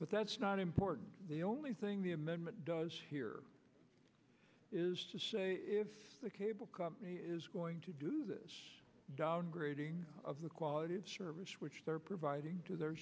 but that's not important the only thing the amendment does here is to say if the cable company is going to do this downgrading of the quality of service which they are providing to the